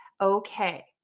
okay